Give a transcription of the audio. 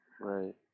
right